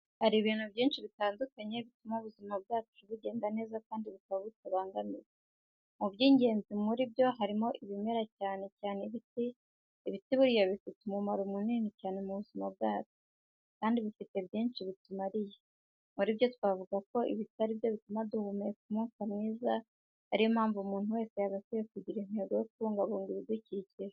Hari ibintu byinshi bitandukanye bituma ubuzima bwacu bugenda neza kandi bukaba butabangamiwe. Mu by'ingenzi muri byo harimo ibimera cyane cyane ibiti. Ibiti burya bifite umumaro munini cyane mu buzima bwacu kandi bifite byinshi bitumariye. Muri byo twavuga ko ibiti aribyo bituma duhumeka umwuka mwiza niyo mpamvu umuntu wese yagakwiye kugira intego yo kubungabunga ibidukikije.